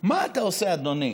מה אתה עושה, אדוני,